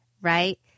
right